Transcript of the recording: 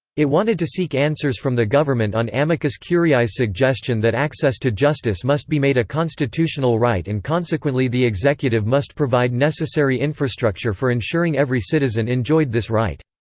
it wanted to seek answers from the government on amicus curiae's suggestion that access to justice must be made a constitutional right and consequently the executive must provide necessary infrastructure for ensuring every citizen enjoyed this right.